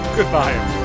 Goodbye